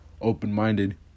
open-minded